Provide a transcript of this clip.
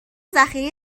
ذخیره